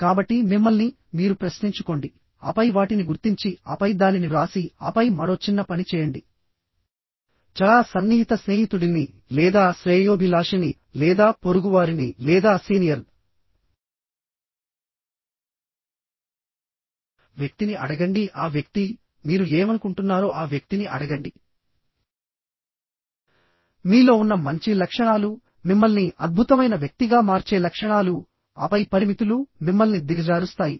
కాబట్టి మిమ్మల్ని మీరు ప్రశ్నించుకోండి ఆపై వాటిని గుర్తించి ఆపై దానిని వ్రాసి ఆపై మరో చిన్న పని చేయండి చాలా సన్నిహిత స్నేహితుడిని లేదా శ్రేయోభిలాషిని లేదా పొరుగువారిని లేదా సీనియర్ వ్యక్తిని అడగండి ఆ వ్యక్తి మీరు ఏమనుకుంటున్నారో ఆ వ్యక్తిని అడగండి మీలో ఉన్న మంచి లక్షణాలు మిమ్మల్ని అద్భుతమైన వ్యక్తిగా మార్చే లక్షణాలు ఆపై పరిమితులు మిమ్మల్ని దిగజారుస్తాయి